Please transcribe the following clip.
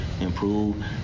improve